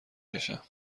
کشم